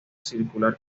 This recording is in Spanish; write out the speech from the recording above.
circular